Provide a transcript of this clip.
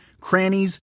crannies